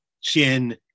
chin